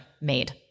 made